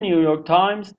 نیویورکتایمز